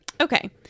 okay